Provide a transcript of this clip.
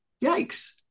Yikes